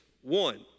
One